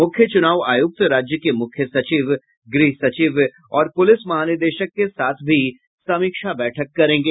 मुख्य चुनाव आयुक्त राज्य के मुख्य सचिव गृह सचिव और पुलिस महानिदेशक के साथ भी समीक्षा बैठक करेंगे